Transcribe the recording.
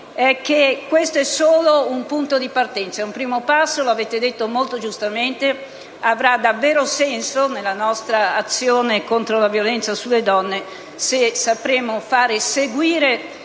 questo è solo un punto di partenza. È un primo passo, come avete detto molto giustamente, che avrà davvero senso nella lotta alla violenza sulle donne se sapremo far seguire